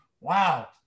wow